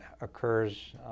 occurs